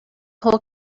whole